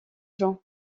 jean